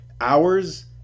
hours